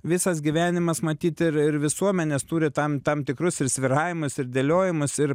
visas gyvenimas matyt ir ir visuomenės turi tam tam tikrus ir svyravimus ir dėliojimus ir